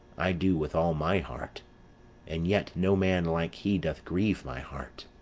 i do, with all my heart and yet no man like he doth grieve my heart.